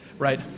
Right